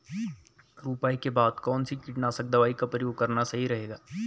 रुपाई के बाद कौन सी कीटनाशक दवाई का प्रयोग करना सही रहेगा?